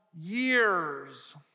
years